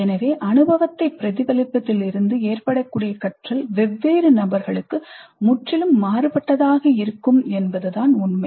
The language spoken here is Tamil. எனவே அனுபவத்தைப் பிரதிபலிப்பதில் இருந்து ஏற்படக்கூடிய கற்றல் வெவ்வேறு நபர்களுக்கு முற்றிலும் மாறுபட்டதாக இருக்கும் என்பதுதான் உண்மை